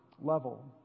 level